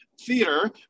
theater